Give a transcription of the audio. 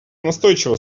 настойчиво